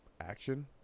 action